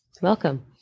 Welcome